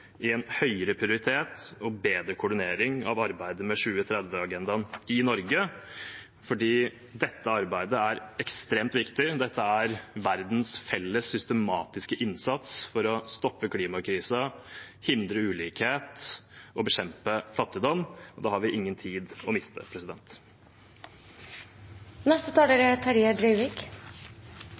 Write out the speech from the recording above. i en høyere prioritet og bedre koordinering av arbeidet med 2030-agendaen i Norge, for dette arbeidet er ekstremt viktig. Dette er verdens felles systematiske innsats for å stoppe klimakrisen, hindre ulikhet og bekjempe fattigdom, og da har vi ingen tid å miste. Berekraftsmåla til FN, saman med klimamåla Noreg har sett seg sjølv, er